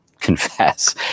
confess